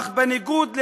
אך בניגוד לארדן,